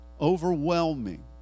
overwhelming